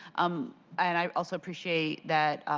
um and i also appreciate that